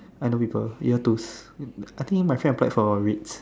I know people year two I think my friend applied for its